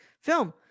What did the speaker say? film